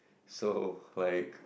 so like